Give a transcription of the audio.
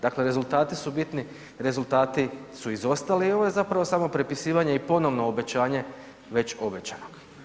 Dakle rezultati su bitni, rezultati su izostali i ovo je zapravo samo prepisivanje i ponovno obećanje već obećanog.